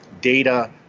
data